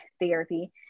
therapy